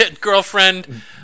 girlfriend